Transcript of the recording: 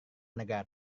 negara